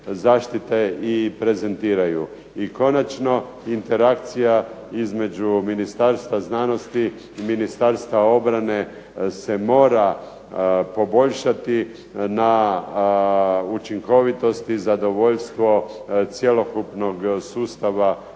zaštite i prezentiraju. I konačno interakcija između Ministarstva znanosti i Ministarstva obrane se mora poboljšati na učinkovitost i zadovoljstvo cjelokupnog sustava u